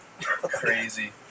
Crazy